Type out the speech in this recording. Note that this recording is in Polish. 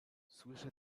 słyszę